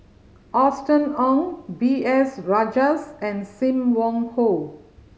Austen Ong B S Rajhans and Sim Wong Hoo